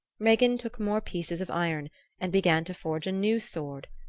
regin took more pieces of iron and began to forge a new sword,